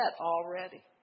already